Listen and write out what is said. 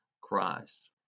Christ